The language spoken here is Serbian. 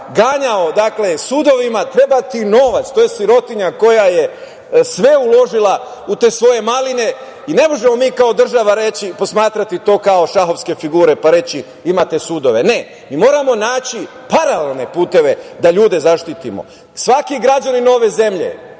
ganjao sudovima treba ti novac, to je sirotinja koja je sve uložila u te svoje maline. Ne možemo mi kao država posmatrati to kao šahovske figure, pa reći imate sudove. Ne, mi moramo naći paralelne puteve da ljude zaštitimo. Svaki građanin ove zemlje,